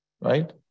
Right